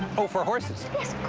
oh, for horses.